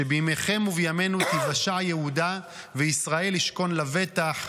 שבימיכם ובימינו תיוושע יהודה וישראל ישכון לבטח,